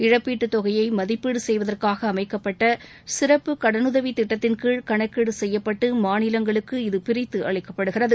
இழப்பீட்டுத் தொகையை மதிப்பீடு செய்வதற்காக அமைக்கப்பட்ட சிறப்பு கடனுதவி திட்டத்தின்கீழ் கணக்கீடு செய்யப்பட்டு மாநிலங்களுக்கு இருது பிரித்து அளிக்கப்படுகிறது